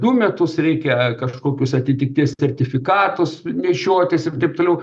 du metus reikia kažkokius atitikties sertifikatus nešiotis ir taip toliau